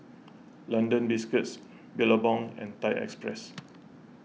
London Biscuits Billabong and Thai Express